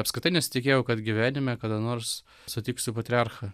apskritai nesitikėjau kad gyvenime kada nors sutiksiu patriarchą